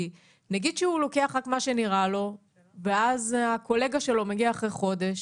כי נניח שהוא לוקח רק מה שנראה לו ואז הקולגה שלו מגיע אחרי חודש.